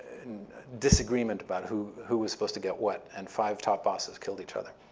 disagreement about who who was supposed to get what and five top bosses killed each other,